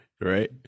Right